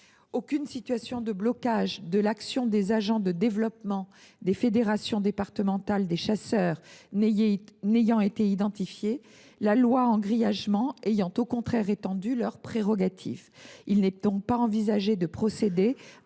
Aucune situation de blocage de l’action des agents de développement des fédérations départementales des chasseurs n’a été identifiée, la loi Engrillagement ayant au contraire étendu leurs prérogatives. Aussi, il n’est pas envisagé de procéder